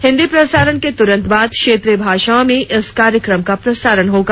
हिंदी प्रसारण के तुरंत बाद क्षेत्रीय भाषाओं में इस कार्यक्रम का प्रसारण होगा